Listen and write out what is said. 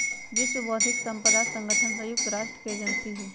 विश्व बौद्धिक साम्पदा संगठन संयुक्त राष्ट्र के एजेंसी हई